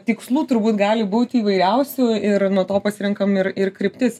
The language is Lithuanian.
tikslų turbūt gali būt įvairiausių ir nuo to pasirenkam ir ir kryptis